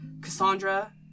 Cassandra